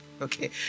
okay